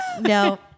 no